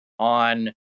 on